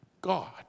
God